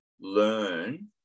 learn